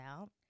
out